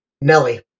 Nelly